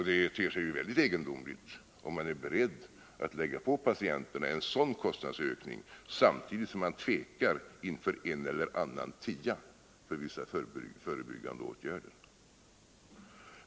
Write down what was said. Det ter sig ju väldigt egendomligt om man är beredd att lägga en sådan kostnadsökning på patienterna samtidigt som man tvekar inför en eller annan tia för vissa förebyggande åtgärder.